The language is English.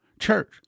church